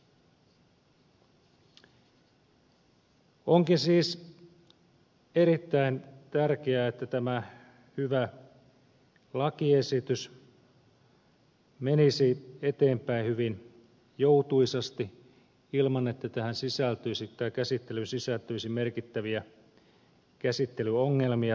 onkin siis erittäin tärkeää että tämä hyvä lakiesitys menisi eteenpäin hyvin joutuisasti ilman että käsittelyyn sisältyisi merkittäviä ongelmia tai epävarmuuksia